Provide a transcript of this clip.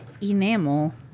Enamel